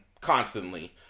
constantly